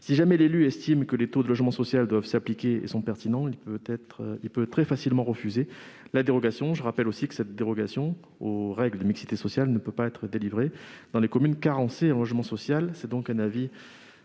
si jamais l'élu estime que les quotas de logements sociaux doivent s'appliquer et sont pertinents, il peut très facilement refuser une telle dérogation. Je rappelle aussi que cette dérogation aux règles de mixité sociale ne peut pas être délivrée dans les communes carencées en logement social. La commission